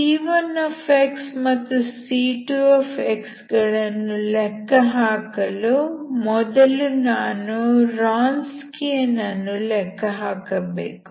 c1x ಮತ್ತು c2 ಗಳನ್ನು ಲೆಕ್ಕಹಾಕಲು ಮೊದಲು ನಾನು ರಾನ್ಸ್ಕಿಯನ್ ಅನ್ನು ಲೆಕ್ಕ ಹಾಕಬೇಕು